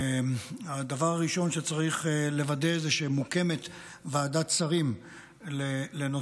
הדבר הראשון שצריך לוודא זה שמוקמת ועדת שרים לנושא